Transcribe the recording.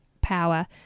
power